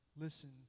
listen